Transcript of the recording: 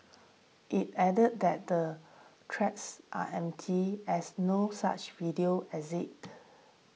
it added that the threats are empty as no such video exit